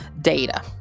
data